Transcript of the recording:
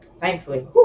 thankfully